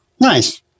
Nice